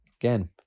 Again